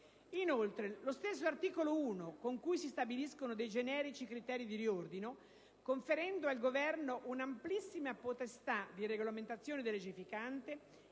Inoltre, lo stesso articolo 1, con cui si stabiliscono dei generici criteri di riordino, conferendo al Governo un'amplissima potestà di regolamentazione delegificante,